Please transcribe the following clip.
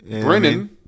Brennan